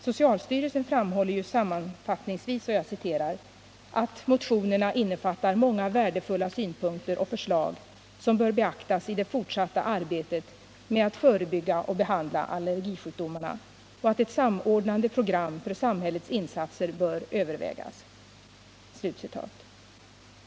Socialstyrelsen framhåller ju sammanfattningsvis, ”att motionerna innefattar många värdefulla synpunkter och förslag som bör beaktas i det fortsatta arbetet med att förebygga och behandla allergisjukdomarna och att ett samordnande program för samhällets insatser bör övervägas”.